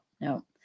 no